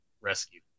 rescue